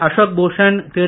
Ashok Bhushan Thiru